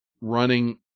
running